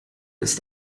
ist